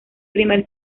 primer